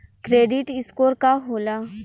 Credit score का होला?